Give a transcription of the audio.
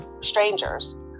strangers